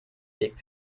weg